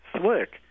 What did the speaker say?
slick